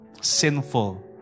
Sinful